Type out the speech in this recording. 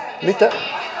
mitä